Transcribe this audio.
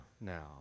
now